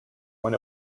when